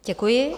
Děkuji.